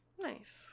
nice